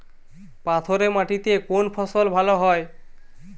পাথরে মাটিতে কোন ফসল ভালো হয়?